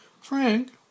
Frank